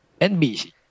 NBC